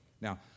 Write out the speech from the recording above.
Now